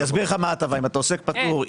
-- היא שאם אתה עוסק פטור,